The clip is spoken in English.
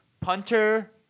punter